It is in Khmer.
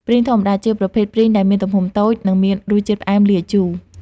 ព្រីងធម្មតា ជាប្រភេទព្រីងដែលមានទំហំតូច និងមានរសជាតិផ្អែមលាយជូរ។